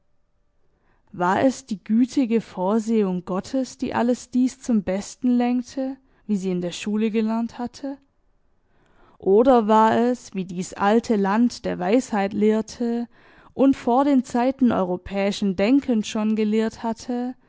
war es die gütige vorsehung gottes die alles dies zum besten lenkte wie sie in der schule gelernt hatte oder war es wie dies alte land der weisheit lehrte und vor den zeiten europäischen denkens schon gelehrt hatte